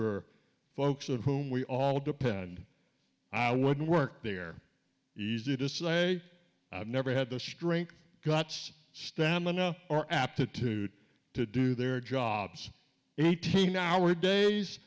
e folks of whom we all depend i would work there easy to say i've never had the strength guts stamina or aptitude to do their jobs eighteen hour days